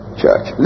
church